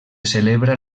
celebra